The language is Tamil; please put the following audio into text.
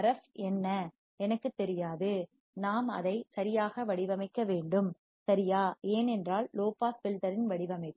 எஃப் Rf என்ன எனக்குத் தெரியாது நாம் அதை சரியாக வடிவமைக்க வேண்டும் சரியா ஏனென்றால் லோ பாஸ் ஃபில்டர் இன் வடிவமைப்பு